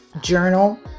journal